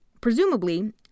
Presumably